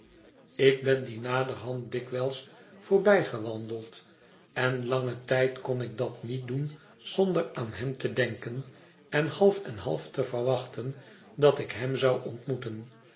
ik ben dien naderhand dikwijls voorbijgewandeld en langen tijd kon ik dat niet doen zonder aan hem te denken en half en half te verwachten dat ik hem zou ontmoeten